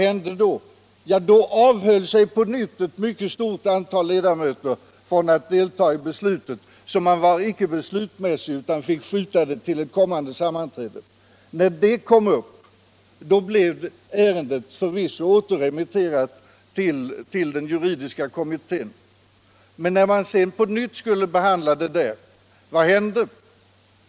Jo, då avhöll sig på nytt ett stort antal ledamöter från att delta i beslutet, varigenom församlingen inte blev beslutsmässig utan frågan fick skjutas upp till ett kommande sammanträde. Vid det nya sammanträdet blev ärendet återremitterat till den juridiska kommittén. Och när ärendet sedan på nytt skulle behandlas där, vad hände?